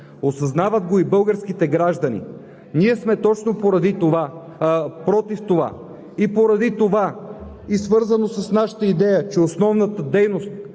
Осъзнават го и българските граждани. Ние сме точно против това. Поради това и свързано с нашата идея, че основната дейност